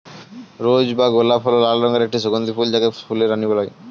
রোজ বা গোলাপ হল লাল রঙের একটি সুগন্ধি ফুল যাকে ফুলের রানী বলা হয়